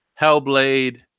Hellblade